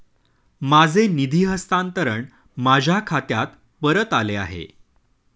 माझे निधी हस्तांतरण माझ्या खात्यात परत आले आहे